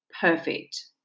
perfect